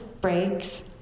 breaks